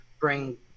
bring